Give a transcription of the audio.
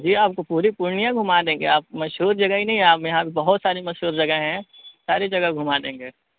جی آپ کو پوری پورنیہ گھما دیں گے آپ مشہور جگہ ہی نہیں آپ یہاں پہ بہت ساری مشہور جگہیں ہیں ساری جگہ گھما دیں گے